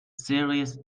serious